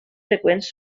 freqüents